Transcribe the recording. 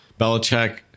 Belichick